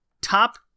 Top